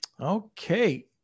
Okay